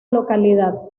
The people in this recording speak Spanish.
localidad